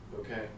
Okay